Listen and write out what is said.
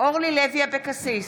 אורלי לוי אבקסיס,